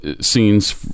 scenes